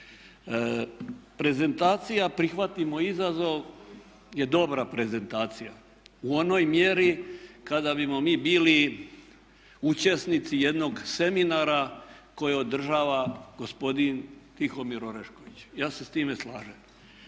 Prezentacija "Prihvatimo izazov" je dobra prezentacija u onoj mjeri kada bimo mi bili učesnici jednog seminara koji održava gospodin Tihomir Orešković. Ja se s time slažem.